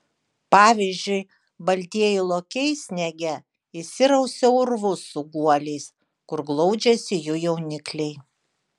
pavyzdžiui baltieji lokiai sniege išsirausia urvus su guoliais kur glaudžiasi jų jaunikliai